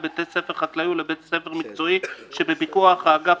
לבית ספר חקלאי או לבית ספר מקצועי שבפיקוח האגף